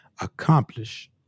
accomplish